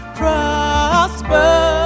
prosper